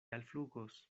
alflugos